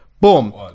Boom